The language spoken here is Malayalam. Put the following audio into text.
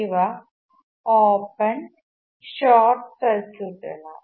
ഇവ ഓപ്പൺ ഷോർട്ട് സർക്യൂട്ടുകളാണ്